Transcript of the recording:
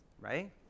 right